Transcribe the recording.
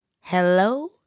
Hello